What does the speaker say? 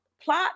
plot